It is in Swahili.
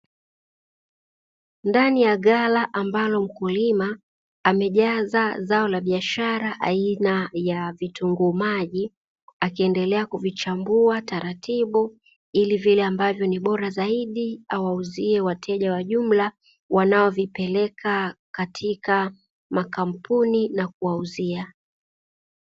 Ndani ya ghala ambapo mkulima amejaza zao aina ya vitunguu maji, akiendelea kuvichimbua taratibu ili vile ambavyo ni bora zaidi awauzie wateja wa jumla wanaovipeleka katika makampuni na kuwauzia.